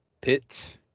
Pit